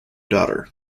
daughter